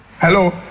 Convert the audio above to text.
Hello